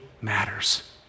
matters